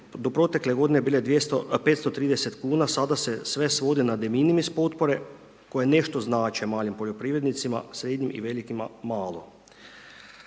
do protekle godine bile 200 530 kuna, sada se sve svodi na deminimis potpore koje nešto znače malim poljoprivrednicima, srednjim i velikima malo,